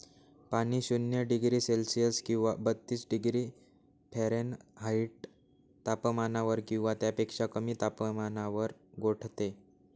पाणी शून्य degree Celsius किंवा बत्तीस डिग्री फॅरेनहाईट तापमानावर किंवा त्यापेक्षा कमी तापमानावर गोठते